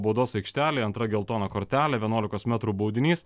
baudos aikštelėje antra geltona kortelė vienuolikos metrų baudinys